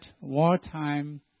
wartime